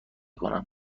کنم